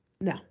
No